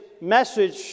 message